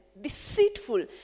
deceitful